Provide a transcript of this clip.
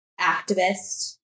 activist